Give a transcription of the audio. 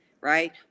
right